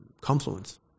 Confluence